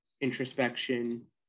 introspection